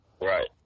Right